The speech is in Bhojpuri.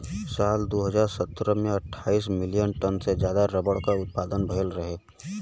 साल दू हज़ार सत्रह में अट्ठाईस मिलियन टन से जादा रबर क उत्पदान भयल रहे